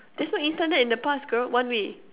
there's no Internet in the past girl one-way